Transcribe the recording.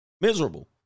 Miserable